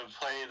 play